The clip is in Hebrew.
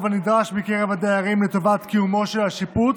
הנדרש בקרב הדיירים לטובת קיומו של השיפוץ,